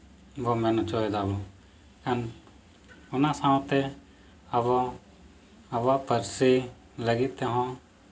ᱵᱚᱱ ᱢᱮᱱ ᱦᱚᱪᱚᱭᱮᱫᱟ ᱮᱢ ᱚᱱᱟ ᱥᱟᱶᱛᱮ ᱟᱵᱚ ᱟᱵᱚᱣᱟᱜ ᱯᱟᱹᱨᱥᱤ ᱞᱟᱹᱜᱤᱫ ᱛᱮᱦᱚᱸ